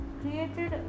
created